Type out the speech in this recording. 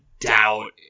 doubt